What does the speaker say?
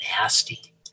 nasty